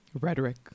rhetoric